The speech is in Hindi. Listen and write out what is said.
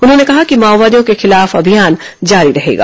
उन्होंने कहा कि माओवादियों के खिलाफ अभियान जारी रहेगा